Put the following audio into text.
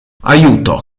aiuto